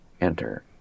enter